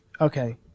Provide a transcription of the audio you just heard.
Okay